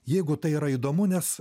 jeigu tai yra įdomu nes